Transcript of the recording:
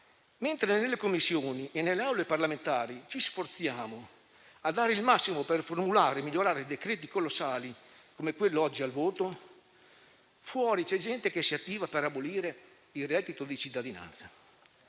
mentre nelle Commissioni e nelle Assemblee parlamentari ci sforziamo di dare il massimo per formulare e migliorare decreti colossali come quello oggi al voto, fuori c'è gente che si attiva per abolire il reddito di cittadinanza